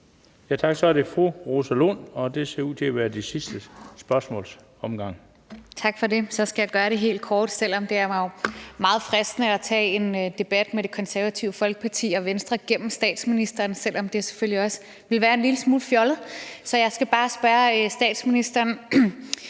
Lund (EL): Så skal jeg gøre det helt kort, selv om det jo var meget fristende at tage en debat med Det Konservative Folkeparti og Venstre gennem statsministeren, men det vil selvfølgelig være en lille smule fjollet. Så jeg skal bare bede statsministeren